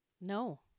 No